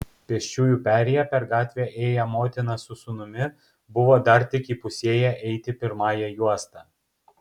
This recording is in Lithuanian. pėsčiųjų perėja per gatvę ėję motina su sūnumi buvo dar tik įpusėję eiti pirmąja juosta